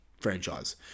franchise